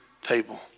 table